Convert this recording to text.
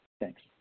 thanks